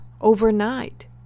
overnight